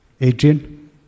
Adrian